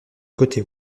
côté